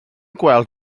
gweld